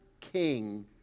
King